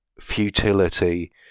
futility